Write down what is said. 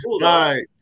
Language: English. right